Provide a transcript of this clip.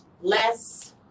less